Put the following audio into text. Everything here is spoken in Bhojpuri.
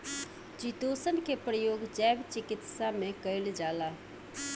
चितोसन के प्रयोग जैव चिकित्सा में कईल जाला